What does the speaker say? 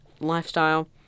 lifestyle